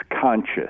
conscious